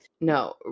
No